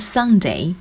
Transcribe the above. Sunday